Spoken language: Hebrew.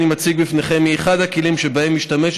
אני מתכבד להציג בפני הכנסת לקריאה